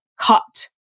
cut